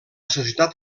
societat